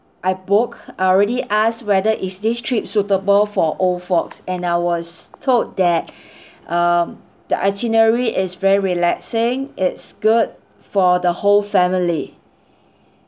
I booked I already asked whether is this trip suitable for old folks and I was told that um the itinerary is very relaxing it's good for the whole family